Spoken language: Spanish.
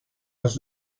las